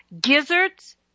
Gizzards